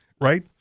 right